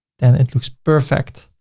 then it looks perfect.